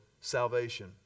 salvation